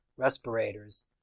respirators